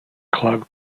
club